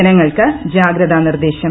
ജനങ്ങൾക്ക് ജാഗ്രതാ നിർദ്ദേശം